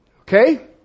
Okay